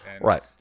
Right